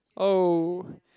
oh